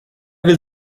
will